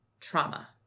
trauma